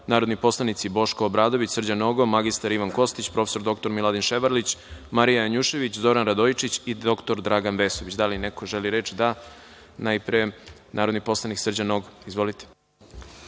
narodni poslanici Boško Obradović, Srđan Nogo, mr Ivan Kostić, prof. dr Miladin Ševarlić, Marija Janjušević, Zoran Radojičić i dr Dragan Vesović. Da li neko želi reč? (Da.)Reč ima narodni poslanik Srđan Nogo. Izvolite.